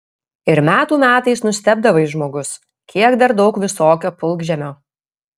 ir metų metais nustebdavai žmogus kiek dar daug visokio pilkžemio